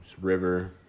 river